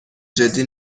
جدی